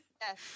yes